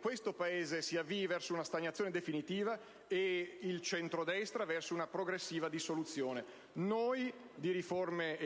questo Paese si avvii verso la stagnazione definitiva ed il centrodestra verso una progressiva dissoluzione. Noi, di Futuro